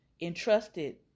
entrusted